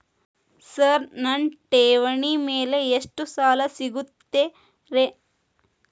Sir ನನ್ನ ಠೇವಣಿ ಮೇಲೆ ಎಷ್ಟು ಸಾಲ ಸಿಗುತ್ತೆ ರೇ?